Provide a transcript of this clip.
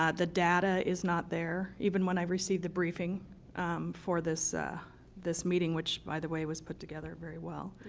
ah the data is not there, even when i've received a briefing for this this meeting, which by the way was put together very well,